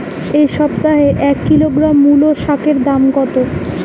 এ সপ্তাহে এক কিলোগ্রাম মুলো শাকের দাম কত?